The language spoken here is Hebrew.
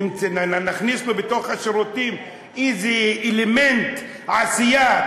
נכניס לו בתוך השירותים איזה אלמנט עשייה?